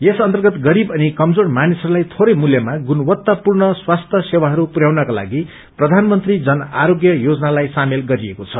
यस अन्तर्गत गरीब अनि केमजोर मानिसहरूलाई धोरै मूल्यमा गुणवत्तापूर्ण स्वास्थ्य सेवाहरू पुरयाउनका लागि प्रधानमन्त्री जन आरोग्य योजनालाई सामेल गरिएको छ